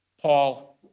Paul